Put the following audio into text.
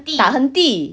tak henti